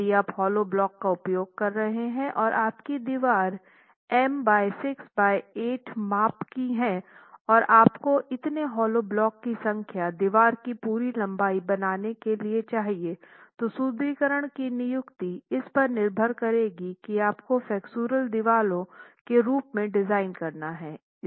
यदि आप होलो ब्लॉकों का उपयोग कर रहे हैं और आपकी दीवार 468 मांप की है और आपको कितने होलो ब्लॉकों की संख्या दीवार की पूरी लंबाई बनाने के लिए चाहिए तो सुदृढीकरण की नियुक्ति इस पर निर्भर करेगी की आपको फ्लेक्सुरल दीवारों के रूप में डिज़ाइन करना हैं